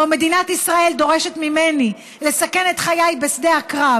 שבו מדינת ישראל דורשת ממני לסכן את חיי בשדה הקרב